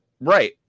Right